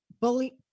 bully